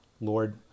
Lord